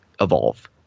Evolve